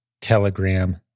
Telegram